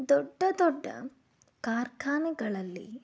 ದೊಡ್ಡ ದೊಡ್ಡ ಕಾರ್ಖಾನೆಗಳಲ್ಲಿ